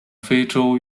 非洲